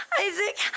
Isaac